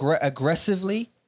aggressively